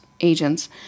agents